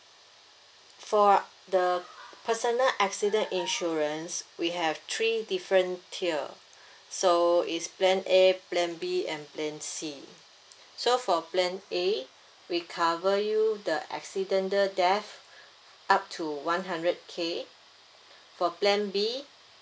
for the personal accident insurance we have three different tier so it's plan A plan B and plan C so for plan A we cover you the accidental death up to one hundred K for plan B